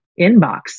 inbox